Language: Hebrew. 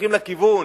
הולכים לכיוון,